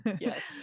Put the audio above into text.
yes